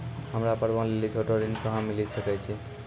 हमरा पर्वो लेली छोटो ऋण कहां मिली सकै छै?